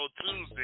tuesday